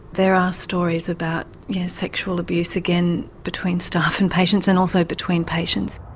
there are stories about sexual abuse, again, between staff and patients and also between patients.